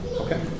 Okay